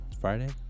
Friday